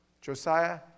Josiah